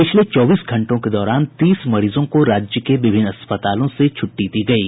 पिछले चौबीस घंटों के दौरान तीस मरीजों को राज्य के विभिन्न अस्पतालों से छटटी दी गयी